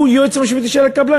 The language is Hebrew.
הוא היועץ המשפטי של הקבלן,